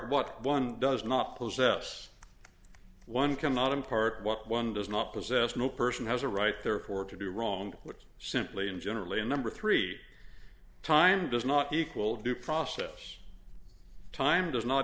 what one does not possess one cannot impart what one does not possess no person has a right therefore to do wrong which is simply and generally a number three time does not equal due process time does not